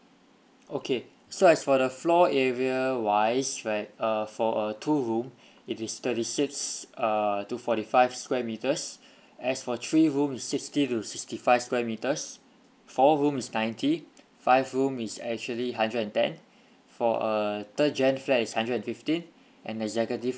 okay so as for the floor area wise right uh for a two room it is thirty six uh to forty five square metres as for three room sixty to sixty five square metres four room is ninety five room is actually hundred and ten for a third gen flat is hundred and fifteen and executive